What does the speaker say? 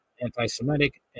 anti-Semitic